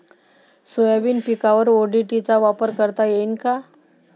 Soybean पिकावर ODT चा वापर करता येईन का?